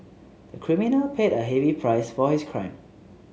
the criminal paid a heavy price for his crime